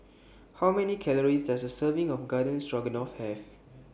How Many Calories Does A Serving of Garden Stroganoff Have